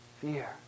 fear